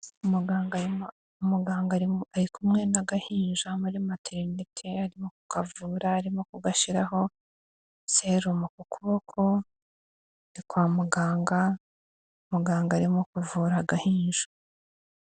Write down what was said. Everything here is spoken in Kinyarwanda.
Umuganga, umuganga ari kumwe n'agahinja muri materineti, arimo ku kavura, arimo kugashyiraho serumo ku kuboko, kwa muganga, muganga arimo kuvura agahinja.